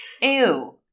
Ew